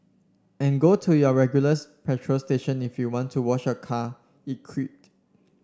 and go to your regulars petrol station if you want to wash your car it quipped